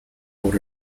por